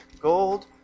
gold